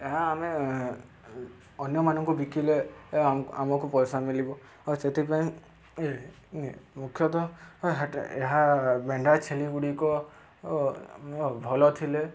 ଏହା ଆମେ ଅନ୍ୟମାନଙ୍କୁ ବିକିଲେ ଆମକୁ ପଇସା ମଳିବ ଆ ସେଥିପାଇଁ ମୁଖ୍ୟତଃ ଏହା ମେଣ୍ଢା ଛେଳି ଗୁଡ଼ିକ ଭଲ ଥିଲେ